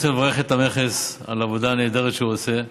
אני רוצה לברך את המכס על העבודה הנהדרת שהוא עושה,